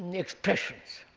expressions.